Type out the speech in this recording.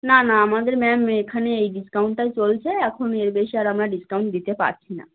না না আমাদের ম্যাম এখানে এই ডিসকাউন্টটাই চলছে এখন এর বেশি আর আমরা ডিসকাউন্ট দিতে পারছি না